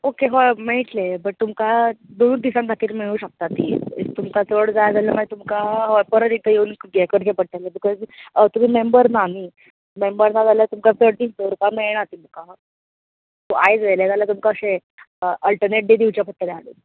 okay हय मेळटले but तुमकां दोनूच दिसां खातीर मेळूंक शकता ती तुमका चड जाय जाल्यार मागीर तुमकां परत एकदा येवन हें करचें पडटलें तुमी मेंबर ना नी मेंबर ना जाल्यार तुमकां चड दीस दवरपाक मेळना ती बुकां सो आयज व्हेलें जाल्यार तुमकां अशें अलटेनेट डे दिवचे पडटले हाडून